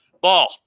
Ball